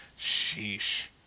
Sheesh